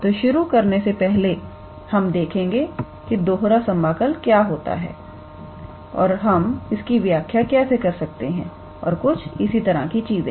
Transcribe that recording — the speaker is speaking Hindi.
तो शुरू करने से पहले हम देखेंगे कि दोहरा समाकल क्या होता है और हम इसकी व्याख्या कैसे कर सकते हैं और कुछ उसी तरह की चीजें